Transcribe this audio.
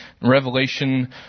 Revelation